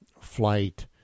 flight